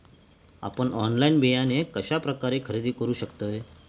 आपन ऑनलाइन बियाणे कश्या प्रकारे खरेदी करू शकतय?